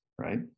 Right